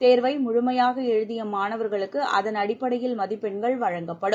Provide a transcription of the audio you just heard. தேர்வை முழுமையாக எழுதிய மாணவர்களுக்கு அதன் அடிப்படையில் மதிப்பெண்கள் வழங்கப்படும்